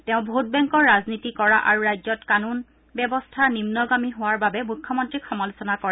তেওঁ ভোটবেংকৰ ৰাজনীতি কৰা আৰু ৰাজ্যত কানুন ব্যৱস্থা নিন্নগামী হোৱাৰ বাবে মুখ্যমন্ত্ৰীক সমালোচনা কৰে